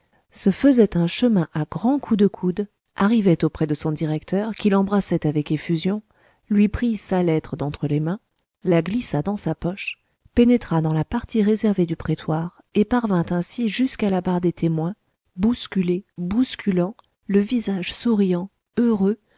se faisait un chemin à grands coups de coude arrivait auprès de son directeur qui l'embrassait avec effusion lui prit sa lettre d'entre les mains la glissa dans sa poche pénétra dans la partie réservée du prétoire et parvint ainsi jusqu'à la barre des témoins bousculé bousculant le visage souriant heureux